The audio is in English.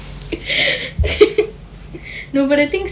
no but the thing is